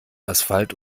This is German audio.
asphalt